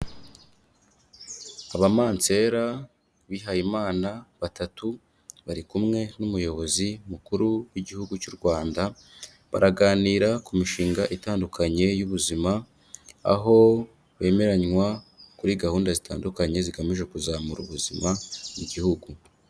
Abamansera bihayimana batatu bari kumwe n'umuyobozi mukuru w'Igihugu cy'u Rwanda, baraganira ku mishinga itandukanye y'ubuzima, aho bemeranywa kuri gahunda zitandukanye zigamije kuzamura ubuzima mu gihugu.